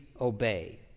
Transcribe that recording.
obey